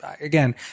again